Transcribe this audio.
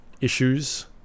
Issues